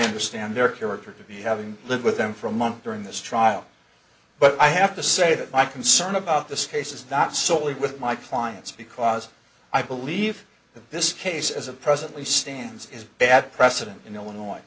understand their character to be having lived with them for a month during this trial but i have to say that my concern about this case is not solely with my clients because i believe that this case as a presently stands is a bad precedent in illinois